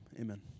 Amen